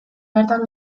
bertan